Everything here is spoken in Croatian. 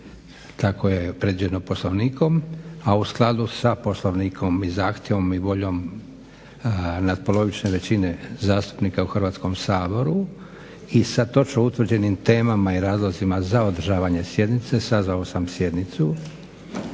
Tako je predviđeno Poslovnikom. A u skladu sa Poslovnikom i zahtjevom i voljom natpolovične većine zastupnika u Hrvatskom saboru i sa točno utvrđenim temama i razlozima za održavanje sjednice sazvao sam sjednicu